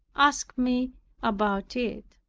asked me about it,